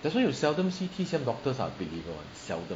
that's why you seldom see T_C_M doctors are believer [one] seldom